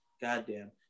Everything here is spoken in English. goddamn